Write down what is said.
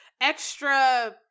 extra